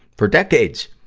for decades,